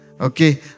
Okay